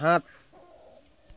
সাত